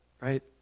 right